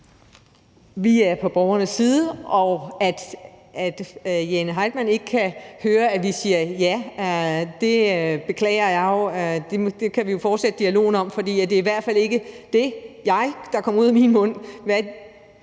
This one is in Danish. Vi er på borgernes side. Og at Jane Heitmann ikke kan høre, at vi siger ja, beklager jeg. Det kan vi jo fortsætte dialogen om, for det er i hvert fald ikke det, der kommer ud af min mund;